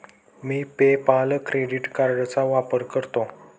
मी PayPal credit कार्डचा वापर करतो